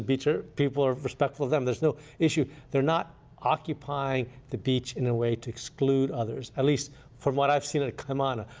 beach people are respectful of them. there's no issue. they're not occupying the beach in a way to exclude others. at least from what i've seen at kaimana.